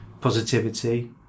positivity